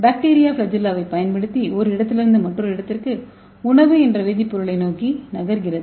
bacteria ஃபிளாஜெல்லாவைப் பயன்படுத்தி ஒரு இடத்திலிருந்து மற்றொரு இடத்திற்கு உணவு என்ற வேதிப்பொருளை நோக்கி நகர்கிறது